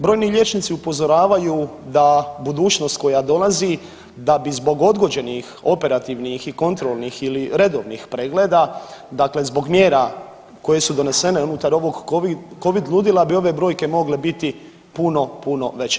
Brojni liječnici upozoravaju da budućnost koja dolazi da bi zbog odgođenih operativnih i kontrolnih ili redovnih pregleda, dakle zbog mjera koje su donesene unutar ovog Covid ludila bi ove brojke mogle biti puno, puno veće.